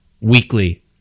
weekly